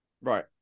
Right